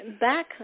Back